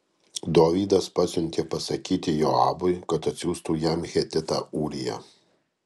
dovydas pasiuntė pasakyti joabui kad atsiųstų jam hetitą ūriją